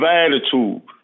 attitude